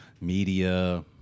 media